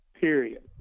period